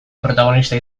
protagonista